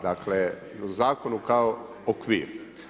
Dakle u zakonu kao okvir.